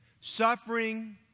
Suffering